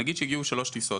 נגיד שהגיעו שלוש טיסות,